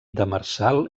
demersal